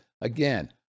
Again